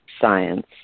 science